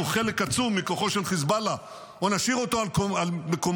חלק עצום מכוחו של חיזבאללה או נשאיר אותו על מקומו.